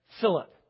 Philip